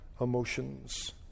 emotions